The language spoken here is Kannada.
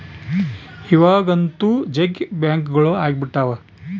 ಇವಾಗಂತೂ ಜಗ್ಗಿ ಬ್ಯಾಂಕ್ಗಳು ಅಗ್ಬಿಟಾವ